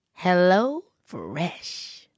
HelloFresh